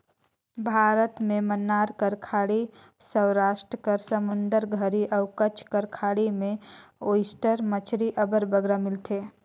भारत में मन्नार कर खाड़ी, सवरास्ट कर समुंदर घरी अउ कच्छ कर खाड़ी में ओइस्टर मछरी अब्बड़ बगरा मिलथे